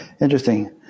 Interesting